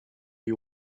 you